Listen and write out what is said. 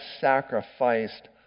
sacrificed